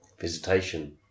visitation